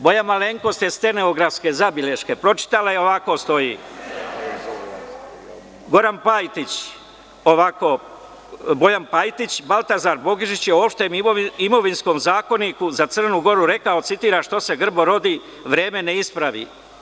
Moja malenkost je stenografske beleške pročitala i ovako stoji - Bojan Pajtić Valtazar Bogišić je u Opštem imovinskom zakoniku za Crnu Goru, rekao, citiram: „ Što se grbo rodi, vreme ne ispravi“